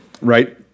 Right